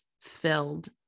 filled